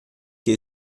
que